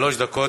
שלוש דקות.